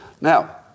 Now